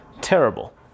terrible